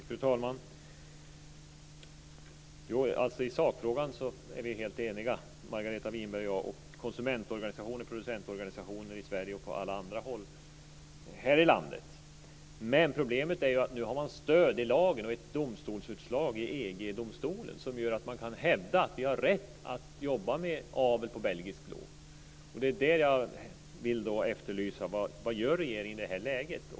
Fru talman! I sakfrågan är vi helt eniga, Margareta Winberg och jag, liksom konsumentorganisationer och producentorganisationer här i landet. Men problemet är ju att nu har man stöd i lagen och ett domstolsutslag i EG-domstolen som gör att man kan hävda att vi har rätt att jobba med avel på belgisk blå. Det är då jag vill efterlysa vad regeringen gör i det här läget.